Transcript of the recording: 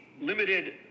limited